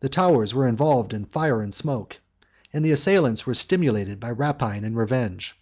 the towers were involved in fire and smoke and the assailants were stimulated by rapine and revenge.